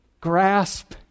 grasp